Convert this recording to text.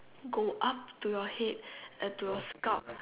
go up to your head and to your scalp